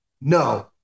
No